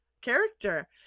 character